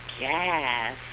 Yes